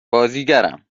بازیگرم